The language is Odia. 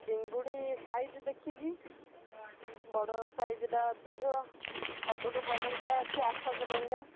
ଚିଙ୍ଗୁଡ଼ି ସାଇଜ୍ ଦେଖିକି ବଡ଼ ସାଇଜଟା ଅଧିକ ସବୁଠୁ ବଡ଼ଟା ଅଛି ଆଠଶହ ଟଙ୍କା